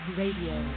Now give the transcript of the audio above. radio